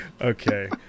Okay